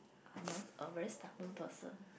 I'm a a very stubborn person